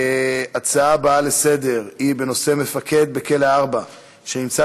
ההצעה הבאה לסדר-היום היא בנושא: מפקד בכלא 4 שנמצא